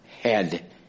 head